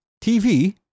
TV